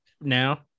now